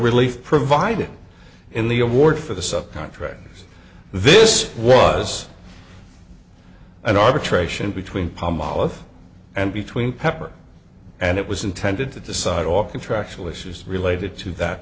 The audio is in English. relief provided in the award for the sub contractors this was an arbitration between palmolive and between pepper and it was intended to decide all contractual issues related to that